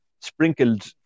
sprinkled